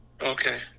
Okay